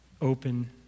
open